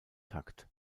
takt